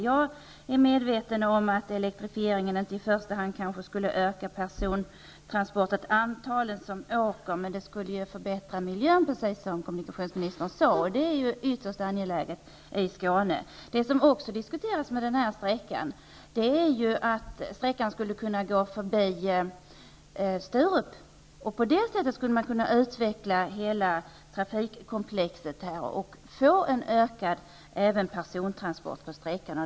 Jag är medveten om att elektrifieringen i första hand kanske inte skulle öka antalet persontransporter, men den skulle ju förbättra miljön, precis som kommunikationsministern sade, vilket är ytterst angeläget i Skåne. Det som också diskuteras när det gäller denna sträcka är att den skulle kunna gå förbi Sturup. På det sättet skulle man kunna utveckla hela trafikkomplexet och även få en ökning av antalet persontransporter.